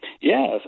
Yes